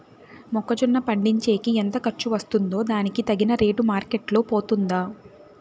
మొక్క జొన్న పండించేకి ఎంత ఖర్చు వస్తుందో దానికి తగిన రేటు మార్కెట్ లో పోతుందా?